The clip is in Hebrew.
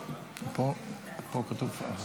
התשפ"ד 2023,